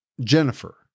Jennifer